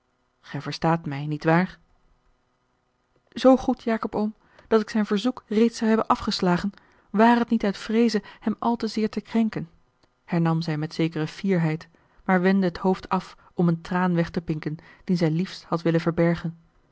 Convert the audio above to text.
verstaat mij niet waar zoo goed jacob oom dat ik zijn verzoek reeds zou hebben afgeslagen ware t niet uit vreeze hem al te zeer te krenken hernam zij met zekere fierheid maar wendde het hoofd af om een traan weg te pinken dien zij liefst had willen verbergen